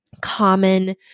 common